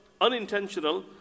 unintentional